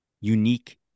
unique